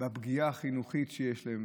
בפגיעה החינוכית שיש בילדים,